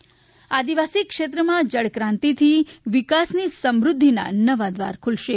રૂપાણી સિંચાઈ આદિવાસી ક્ષેત્રમાં જળક્રાંતિથી વિકાસની સમૃઘ્ધિના નવા દ્રાર ખુલશે